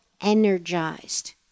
energized